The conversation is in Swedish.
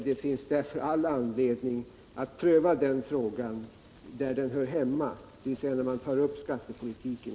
Det finns därför all anledning att pröva den frågan där den hör hemma, dvs. när man tar upp hela skattepolitiken.